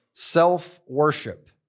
self-worship